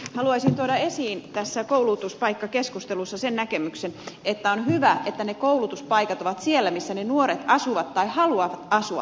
haluaisin tuoda esiin tässä koulutuspaikkakeskustelussa sen näkemyksen että on hyvä että ne koulutuspaikat ovat siellä missä ne nuoret asuvat tai haluavat asua